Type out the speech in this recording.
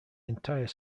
entire